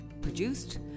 produced